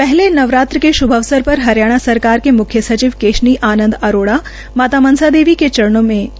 पहले नवरात्र के श्भ अवसर पर हरियाणा सरकार के मुख्य सचिव केशनी आनन्द अरोड़ा ने माता मनसा देवी के चरणों में शीश नवाया